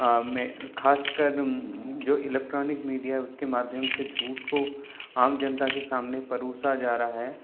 में ख़ासकर जो इलेक्ट्रॉनिक मीडिया उसके माध्यम से झूठ को आम जनता के सामने परोसा जा रहा है